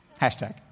Hashtag